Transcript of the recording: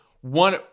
one